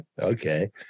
okay